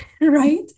right